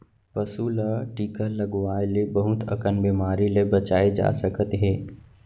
पसू ल टीका लगवाए ले बहुत अकन बेमारी ले बचाए जा सकत हे